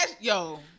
Yo